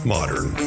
Modern